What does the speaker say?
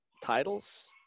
Titles